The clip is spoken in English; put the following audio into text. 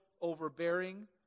overbearing